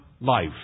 life